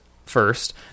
first